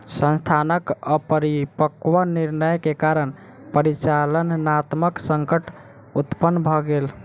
संस्थानक अपरिपक्व निर्णय के कारण परिचालनात्मक संकट उत्पन्न भ गेल